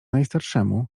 najstarszemu